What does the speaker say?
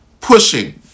pushing